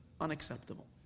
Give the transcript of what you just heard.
unacceptable